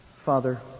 Father